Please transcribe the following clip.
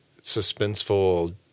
suspenseful